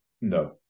No